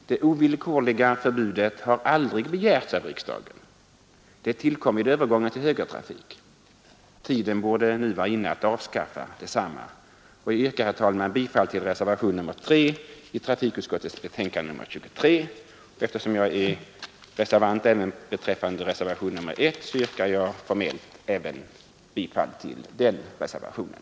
Det ovillkorliga förbudet har aldrig begärts av riksdagen — det tillkom vid övergången till högertrafik. Tiden borde nu vara inne att avskaffa detsamma. Jag yrkar, herr talman, bifall till reservationen 3. Eftersom jag är reservant även beträffande reservationen 1 yrkar jag bifall också till den reservationen.